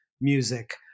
music